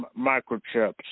microchips